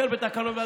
אישר בתקנות,